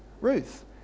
Ruth